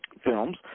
Films